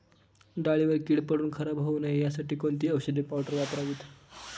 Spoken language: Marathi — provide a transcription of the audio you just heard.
डाळीवर कीड पडून खराब होऊ नये यासाठी कोणती औषधी पावडर वापरावी?